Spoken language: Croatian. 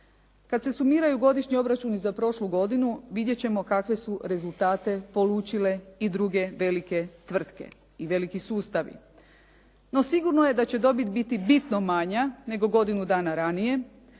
Kad se sumiraju godišnji obračuni za prošlu godinu vidjet ćemo kakve su rezultate polučile i druge velike tvrtke i veliki sustavi. No sigurno je da će dobit biti bitno manja nego godinu dana ranije,